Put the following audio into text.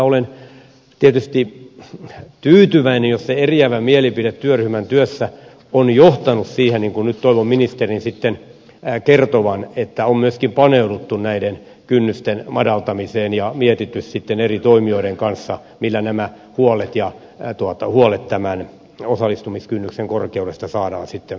olen tietysti tyytyväinen jos se eriävä mielipide työryhmän työssä on johtanut siihen niin kuin nyt toivon ministeri sitten kertovan että on myöskin paneuduttu näiden kynnysten madaltamiseen ja mietitty eri toimijoiden kanssa millä nämä huolet tämän osallistumiskynnyksen korkeudesta saadaan sitten poistettua